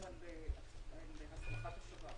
הסמכת השב"כ